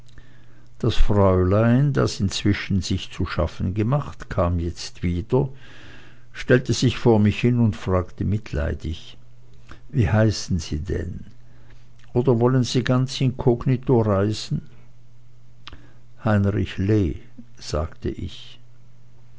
das fräulein das inzwischen sich zu schaffen gemacht kam jetzt wieder stellte sich vor mich hin und frug mitleidig wie heißen sie denn oder wollen sie ganz inkognito reisen heinrich lee sagte ich